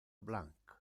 blanc